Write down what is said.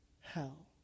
hell